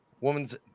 Woman's